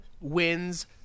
wins